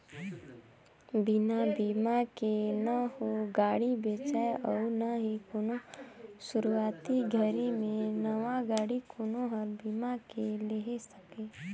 बिना बिमा के न हो गाड़ी बेचाय अउ ना ही कोनो सुरूवाती घरी मे नवा गाडी कोनो हर बीमा के लेहे सके